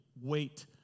wait